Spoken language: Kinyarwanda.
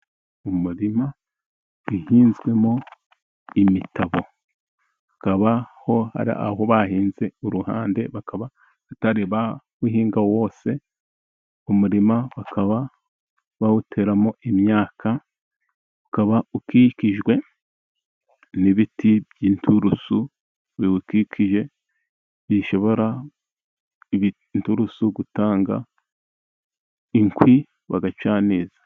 Umurima uhinzwemo imitabo. Hakaba hari aho bahinze uruhande, bakaba batari bawuhinga wose. Umurima bakaba bawuteramo imyaka, ukaba ukikijwe n'ibiti by'inturusu biwukikije, bishobora inturusu gutanga inkwi bagacaniza.